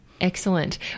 Excellent